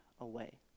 away